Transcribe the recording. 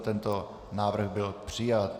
Tento návrh byl přijat.